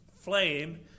flame